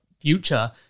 future